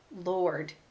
Lord